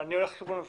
אני הולך לכיוון הזה.